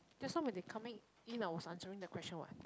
just now when they were coming in I was answering the question what